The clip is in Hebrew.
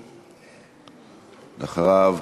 ואחריו,